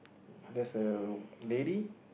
that's a lady